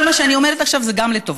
כל מה שאני אומרת עכשיו זה גם לטובתך.